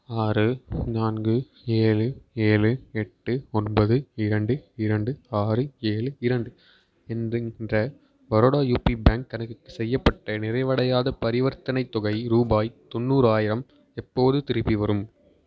ஆறு நான்கு ஏழு ஏழு எட்டு ஒன்பது இரண்டு இரண்டு ஆறு ஏழு இரண்டு என்கின்ற பரோடா யூபி பேங்க் கணக்குக்கு செய்யப்பட்ட நிறைவடையாத பரிவர்த்தனைத் தொகை ரூபாய் தொண்ணூறாயிரம் எப்போது திருப்பி வரும்